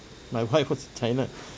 my wife was in china